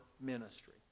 ministry